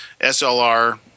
SLR